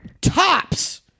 tops